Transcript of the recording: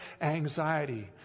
anxiety